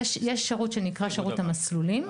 יש שירות שנקרא שירות המסלולים,